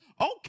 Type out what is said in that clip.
Okay